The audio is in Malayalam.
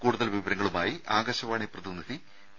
കൂടുതൽ വിവരങ്ങളുമായി ആകാശവാണി പ്രതിനിധി പി